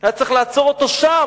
היה צריך לעצור אותו שם,